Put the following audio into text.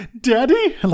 Daddy